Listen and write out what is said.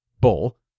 bull